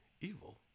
evil